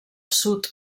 sud